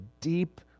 deep